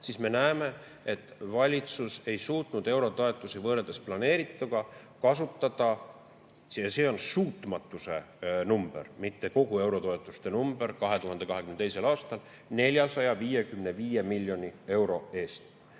siis me näeme, et valitsus ei suutnud eurotoetusi plaanitult kasutada. See on suutmatuse number, mitte kogu eurotoetuste number: 2022. aastal 455 miljoni euro